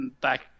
back